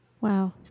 Wow